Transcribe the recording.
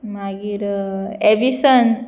मागीर एविसन